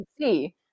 see